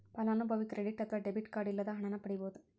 ಫಲಾನುಭವಿ ಕ್ರೆಡಿಟ್ ಅತ್ವ debit card ಇಲ್ಲದ ಹಣನ ಪಡಿಬೋದ್